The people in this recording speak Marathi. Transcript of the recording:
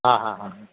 हां हां हां हां